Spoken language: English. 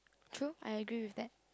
true I agree with that